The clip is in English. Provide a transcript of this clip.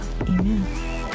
Amen